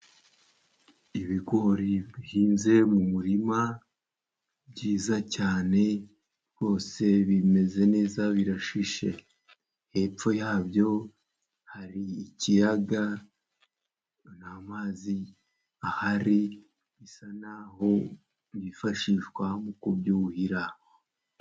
Ibigori bihinze mu murima byiza cyane，rwose bimeze neza birashishe. Hepfo yabyo hari ikiyaga nta mazi ahari， bisa n’aho byifashishwa mu kubyuhira.